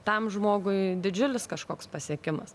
tam žmogui didžiulis kažkoks pasiekimas